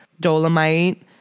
Dolomite